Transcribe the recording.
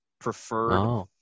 preferred